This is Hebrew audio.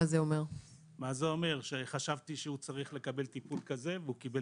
זה אומר שחשבתי שהוא צריך לקבל טיפול כזה והוא קיבל